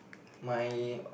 my